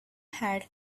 had